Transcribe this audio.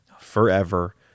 forever